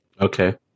Okay